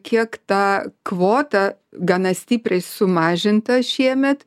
kiek ta kvota gana stipriai sumažinta šiemet